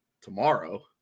tomorrow